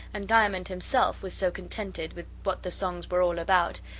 and diamond himself was so contented with what the songs were all about,